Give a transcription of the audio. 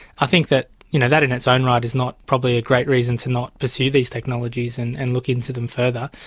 that you know that in its own right is not probably a great reason to not pursue these technologies and and look into them further.